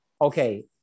okay